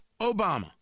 Obama